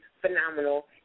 phenomenal